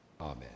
Amen